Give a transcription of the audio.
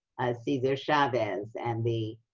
cesar chavez and the